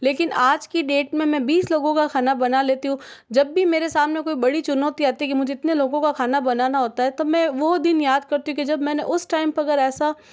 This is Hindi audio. लेकिन आज की डेट में मैं बीस लोगों का खाना बना लेते हूँ जब भी मेरे सामने कोई बड़ी चुनौती आती है कि मुझे इतने लोगों का खाना बनाना होता है तो मैं वह दिन याद करती हूँ कि जब मैं उसे टाइम टीम पर अगर ऐसा